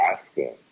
asking